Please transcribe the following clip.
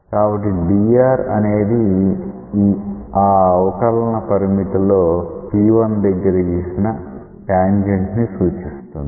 కాబట్టి dr అనేది ఆ అవకలన పరిమితి లో P1 దగ్గర గీసిన ట్యాంజెంట్ ని సూచిస్తుంది